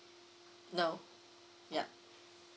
no yup